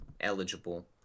eligible